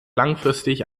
langfristig